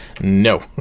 no